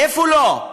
איפה לא,